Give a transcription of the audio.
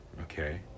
okay